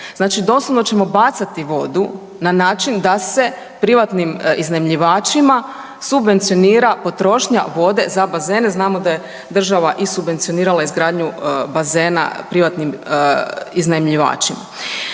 Znači doslovno ćemo bacati vodu na način da se privatnim iznajmljivačima subvencionira potrošnja vode za bazene. Znamo da je država i subvencionirala i izgradnju bazena privatnim iznajmljivačima.